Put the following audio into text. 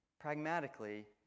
pragmatically